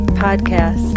podcast